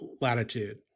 latitude